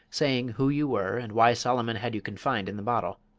saying who you were, and why solomon had you confined in the bottle.